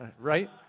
Right